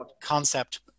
concept